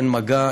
אין מגע,